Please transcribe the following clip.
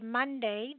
Monday